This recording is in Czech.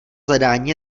zadání